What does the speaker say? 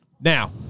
Now